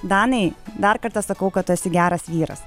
danai dar kartą sakau kad tu esi geras vyras